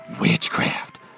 witchcraft